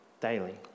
daily